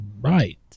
right